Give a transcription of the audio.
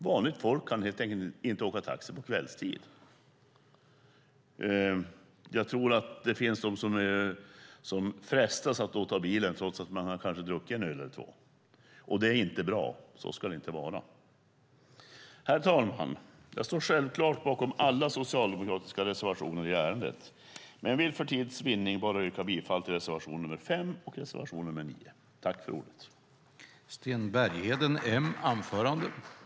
Vanligt folk kan helt enkelt inte åka taxi kvällstid. Det finns nog de som frestas att ta bilen trots att de har druckit en öl eller två. Det är inte bra. Så ska det inte vara. Herr talman! Jag står självklart bakom alla socialdemokratiska reservationer i ärendet, men för tids vinnande yrkar jag bifall bara till reservation nr 5 och reservation nr 9. I detta anförande instämde Lars Johansson, Lars Mejern Larsson, Désirée Liljevall, Suzanne Svensson och Anders Ygeman .